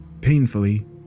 painfully